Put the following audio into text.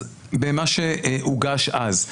במה שהוגש אז.